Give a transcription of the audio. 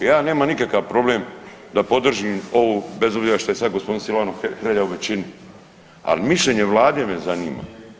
Ja nemam nikakav problem da podržim ovo bez obzira što je sada gospodin Silvano Hrelja u većini, ali mišljenje Vlade me zanima.